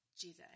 Jesus